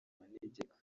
manegeka